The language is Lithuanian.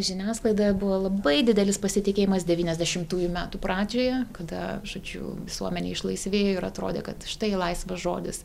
žiniasklaidoje buvo labai didelis pasitikėjimas devyniasdešimtųjų metų pradžioje kada žodžiu visuomenė išlaisvėjo ir atrodė kad štai laisvas žodis